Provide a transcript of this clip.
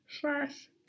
slash